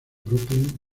brooklyn